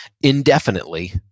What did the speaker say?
indefinitely